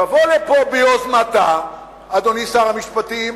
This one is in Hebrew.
תבוא לפה ביוזמתה, אדוני שר המשפטים,